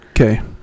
Okay